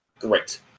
great